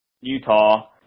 Utah